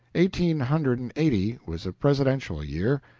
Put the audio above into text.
eighteen hundred and eighty was a presidential year.